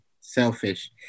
selfish